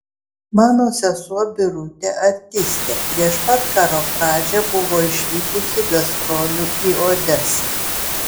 mano sesuo birutė artistė prieš pat karo pradžią buvo išvykusi gastrolių į odesą